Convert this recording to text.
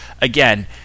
again